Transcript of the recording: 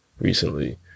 recently